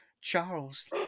Charles